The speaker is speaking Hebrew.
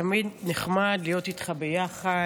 תמיד נחמד להיות איתך ביחד,